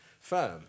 Firm